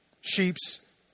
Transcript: sheep's